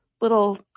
little